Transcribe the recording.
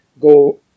go